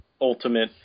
ultimate